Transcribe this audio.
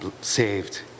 saved